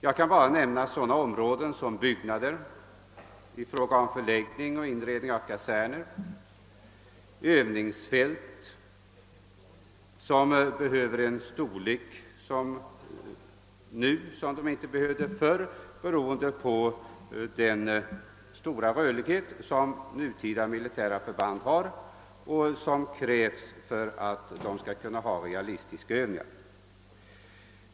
Jag kan bara nämna sådana områden som byggnadsområdet beträffande förläggningar och inredningar av kaserner jämte övningsfält — som nu kräver en helt annan storlek än vad som behövdes förr, beroende på den stora rörlighet som nutida militära förband har och som medför att stora områden erfordras för att kunna genomföra realistiska övningar.